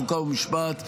חוק ומשפט,